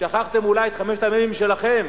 שכחתם אולי את חמשת המ"מים שלכם.